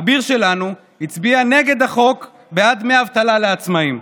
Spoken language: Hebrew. אביר שלנו הצביע נגד החוק שבעד דמי אבטלה לעצמאים.